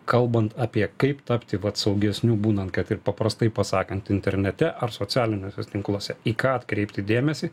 kalbant apie kaip tapti vat saugesniu būnant kad ir paprastai pasakant internete ar socialiniuose tinkluose į ką atkreipti dėmesį